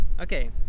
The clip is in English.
okay